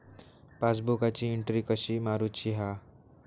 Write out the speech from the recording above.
पासबुकाची एन्ट्री कशी मारुची हा?